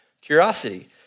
curiosity